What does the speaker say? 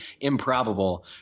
improbable